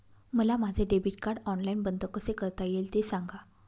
मला माझे debit card online बंद कसे करता येईल, ते सांगा